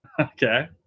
Okay